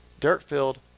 dirt-filled